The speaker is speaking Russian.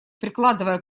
прикладывая